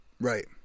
Right